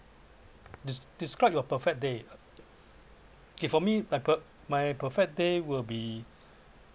des~ describe your perfect day okay for me my per~ my perfect day will be